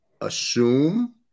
assume